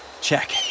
Check